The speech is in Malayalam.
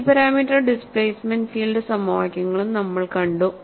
മൾട്ടി പാരാമീറ്റർ ഡിസ്പ്ലേസ്മെന്റ് ഫീൽഡ് സമവാക്യങ്ങളും നമ്മൾ കണ്ടു